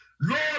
Lord